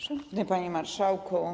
Szanowny Panie Marszałku!